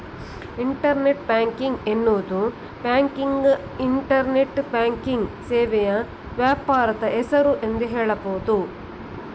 internet banking ಎನ್ನುವುದು ಬ್ಯಾಂಕಿನ internet banking ಸೇವೆಯ ವ್ಯಾಪಾರದ ಹೆಸರು ಎಂದು ಹೇಳಬಹುದು